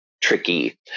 tricky